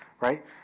right